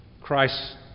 Christ